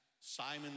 Simon